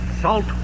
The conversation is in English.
salt